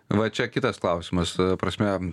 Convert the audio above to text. va čia kitas klausimas ta prasme